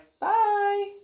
Bye